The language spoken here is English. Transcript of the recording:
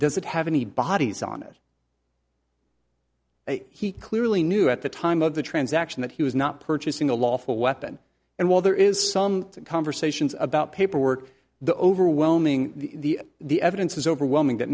does it have any bodies on it he clearly knew at the time of the transaction that he was not purchasing a lawful weapon and while there is some conversations about paperwork the overwhelming the the evidence is overwhelming that